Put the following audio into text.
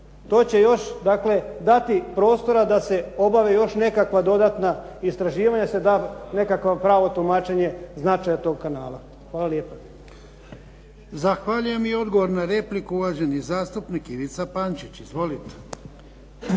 To će još dakle dati prostora da se obave još nekakva istraživanja se da nekakvo pravo tumačenje značaja toga kanala. Hvala lijepa. **Jarnjak, Ivan (HDZ)** Zahvaljujem. I odgovor na repliku uvaženi zastupnik Ivica Pančić. Izvolite.